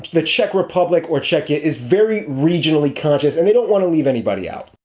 the czech republic or czechia is very regionally conscious and they don't want to leave anybody out